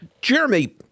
Jeremy